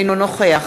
אינו נוכח